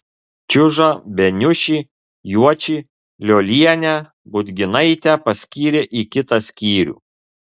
čiužą beniušį juočį liolienę budginaitę paskyrė į kitą skyrių